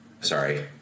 Sorry